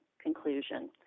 conclusion